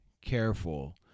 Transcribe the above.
careful